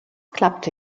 klappte